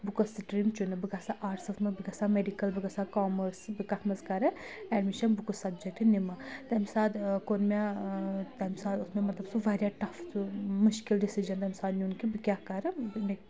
بہٕ کۄس سٹریٖم چھُنہٕ بہٕ گژھا آرٹسَس منٛز بہٕ گژَھ ہا میڈِکَل بہٕ گژَھ ہا کَامٲرس بہٕ کَتھ منٛز کَرٕ ایڈمِشَن بہٕ کُس سَبجَکٹ نِمہٕ تمہِ ساتہٕ کوٚر مےٚ تَمہِ ساتہٕ اوس مےٚ مطلب سُہ واریاہ ٹف سُہ مُشکِل ڈِسِجَن تَمہِ ساتہٕ نیُن کہِ بہٕ کیٛاہ کَرٕ مےٚ